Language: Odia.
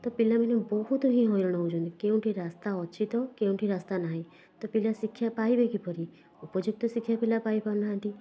ତ ପିଲାମାନେ ବହୁତ ହିଁ ହଇରାଣ ହେଉଛନ୍ତି କେଉଁଠି ରାସ୍ତା ଅଛି ତ କେଉଁଠି ରାସ୍ତା ନାହିଁ ତ ପିଲା ଶିକ୍ଷା ପାଇବେ କିପରି ଉପଯୁକ୍ତ ଶିକ୍ଷା ପିଲା ପାଇପାରୁ ନାହାଁନ୍ତି